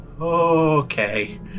Okay